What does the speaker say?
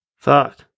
Fuck